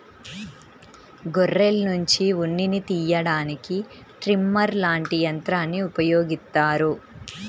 గొర్రెల్నుంచి ఉన్నిని తియ్యడానికి ట్రిమ్మర్ లాంటి యంత్రాల్ని ఉపయోగిత్తారు